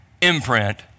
imprint